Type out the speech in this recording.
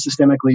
systemically